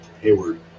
Hayward